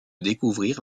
découvrir